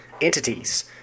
entities